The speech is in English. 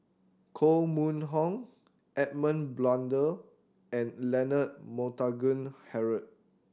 Koh Mun Hong Edmund Blundell and Leonard Montague Harrod